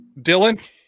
Dylan